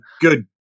good